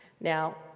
Now